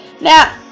Now